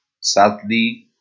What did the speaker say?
sadly